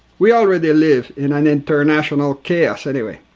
we already live in an international chaos anyway!